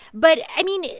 but, i mean,